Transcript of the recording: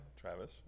Travis